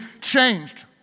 changed